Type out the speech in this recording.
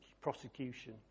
prosecution